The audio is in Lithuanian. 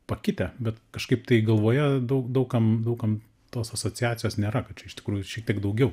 pakitę bet kažkaip tai galvoje daug daug kam daug kam tos asociacijos nėra kad čia iš tikrųjų šiek tiek daugiau